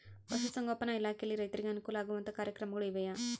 ಪಶುಸಂಗೋಪನಾ ಇಲಾಖೆಯಲ್ಲಿ ರೈತರಿಗೆ ಅನುಕೂಲ ಆಗುವಂತಹ ಕಾರ್ಯಕ್ರಮಗಳು ಇವೆಯಾ?